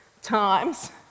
times